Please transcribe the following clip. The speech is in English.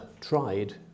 tried